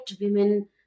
women